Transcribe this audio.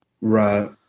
Right